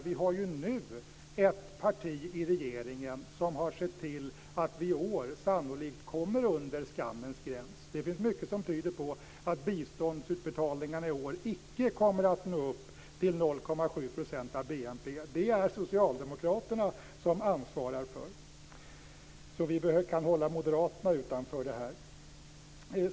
Vi har nu ett parti i regeringen som har sett till att vi i år sannolikt kommer under skammens gräns. Det finns mycket som tyder på att utbetalningarna av biståndet icke kommer att nå upp till 0,7 % av BNP. Det är något som socialdemokraterna ansvarar för. Vi kan hålla moderaterna utanför detta.